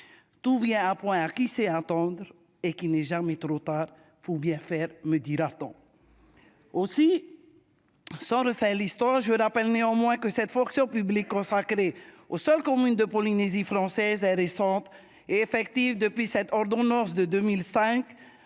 Tout vient à point à qui sait attendre et il n'est jamais trop tard pour bien faire, me dira-t-on ! Aussi, sans refaire l'histoire, je rappellerai néanmoins que la fonction publique consacrée aux seules communes de Polynésie française est récente : elle n'est effective que depuis l'ordonnance de 2005,